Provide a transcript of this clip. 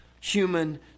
human